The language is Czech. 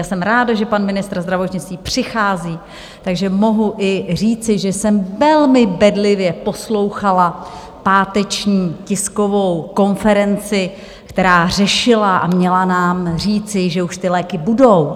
Já jsem ráda, že pan ministr zdravotnictví přichází, takže mohu i říci, že jsem velmi bedlivě poslouchala páteční tiskovou konferenci, která řešila a měla nám říci, že už ty léky budou.